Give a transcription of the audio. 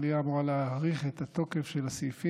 המליאה אמורה להאריך את התוקף של הסעיפים